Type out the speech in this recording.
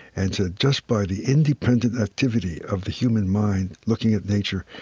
and said, just by the independent activity of the human mind, looking at nature,